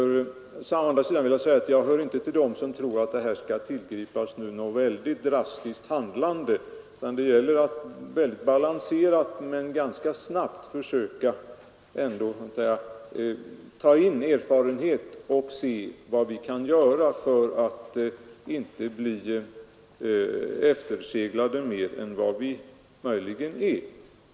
Å andra sidan hör jag inte till dem som tror att det nu krävs något väldigt drastiskt handlande, utan det gäller för oss att balanserat men ganska snabbt försöka ta in erfarenhet och se vad vi kan göra för att inte bli akterseglade mer än vad vi möjligen är.